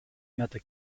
meta